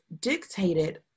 dictated